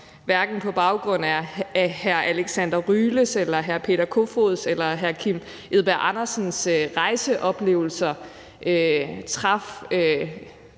sige, på baggrund af hverken hr. Alexander Ryles, hr. Peter Kofods eller hr. Kim Edberg Andersens rejseoplevelser, at